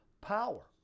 power